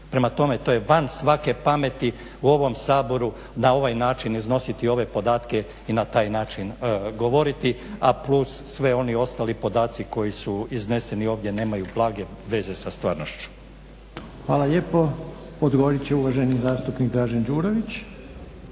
Prema tome to je van svake pameti u ovom Saboru na ovaj način iznosit ove podatke i na taj način govoriti a plus sve oni ostali podaci koji su izneseni ovdje nemaju blage veza sa stvarnošću. **Reiner, Željko (HDZ)** Hvala lijepo. Odgovorit će uvaženi zastupnik Dražen Đurović.